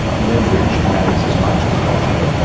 leverage matters as much as logic.